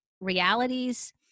realities